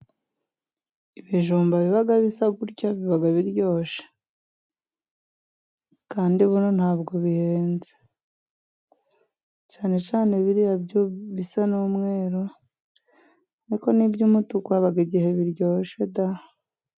Ibijumba biba bisa gutya biba biryoshye, Kandi buriya ntabwo bihenze. Cyane cyane biriya bisa n'umweru, ariko n'iby'umutuku haba igihe biryoshye da!